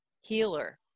healer